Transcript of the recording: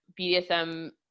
BDSM